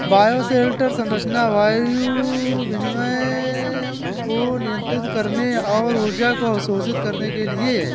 bioshelter संरचना वायु विनिमय को नियंत्रित करने और ऊर्जा को अवशोषित करने के लिए है